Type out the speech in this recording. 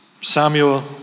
Samuel